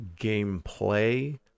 gameplay